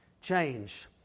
change